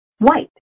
white